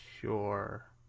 sure